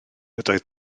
ydoedd